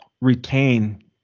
retain